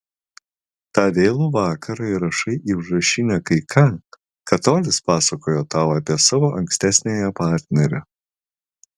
tą vėlų vakarą įrašai į užrašinę kai ką ką tolis pasakojo tau apie savo ankstesniąją partnerę